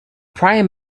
prime